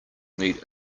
need